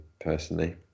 personally